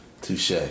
Touche